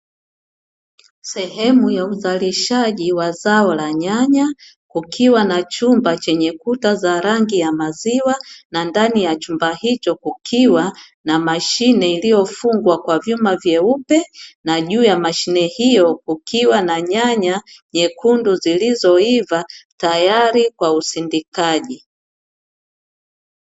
Sehemu ya uzalishaji wa zao la nyanya kukiwa na chumba chenye kuta za rangi ya maziwa, na ndani ya chumba hicho kukiwa na mashine iliyofungwa kwa vyuma vyeupe, na juu ya mashine hiyo kukiwa na nyanya nyekundu zilizoiva tayari kwa usindikaji.